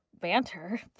banter